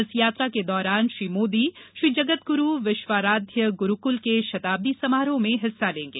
इस यात्रा के दौरान श्री मोदी श्रीजगदगुरू विश्वाराध्य गुरूकुल के शताब्दी समारोह में हिस्सा लेंगे